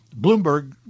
Bloomberg